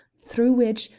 through which,